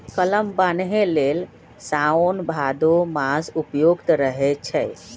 कलम बान्हे लेल साओन भादो मास उपयुक्त रहै छै